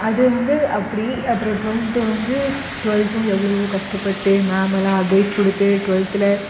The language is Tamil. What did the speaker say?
அது வந்து அப்படி அப்றம் டுவெல்த்து வந்து டுவெல்த்தும் எவ்வளோவோ கஷ்டப்பட்டு மேம் எல்லாம் அட்வைஸ் கொடுத்து ட்வெல்த்தில்